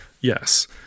yes